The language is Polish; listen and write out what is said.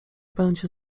będzie